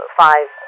five